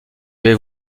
vais